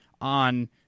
on